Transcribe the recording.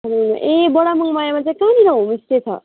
ए बडा मङमायामा चाहिँ कहाँनिर होमस्टे छ